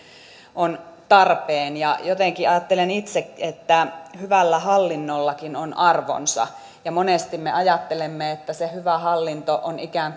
on tarpeen jotenkin ajattelen itse että hyvällä hallinnollakin on arvonsa monesti me ajattelemme että se hyvä hallinto on ikään